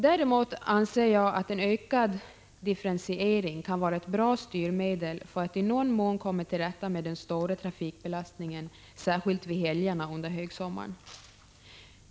Däremot anser jag att en ökad differentiering kan vara ett bra styrmedel för att i någon mån komma till rätta med den stora trafikbelastningen särskilt vid helgerna under högsommaren.